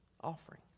offering